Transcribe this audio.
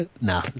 No